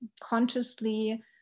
consciously